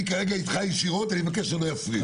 כרגע איתך ישירות אני מבקש שלא יפריעו.